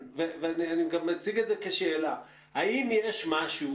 ואני אציג את זה גם כשאלה: האם יש משהו